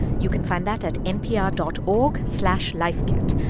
you can find that at npr dot org slash lifekit.